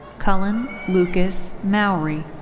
cullen lucas mowery.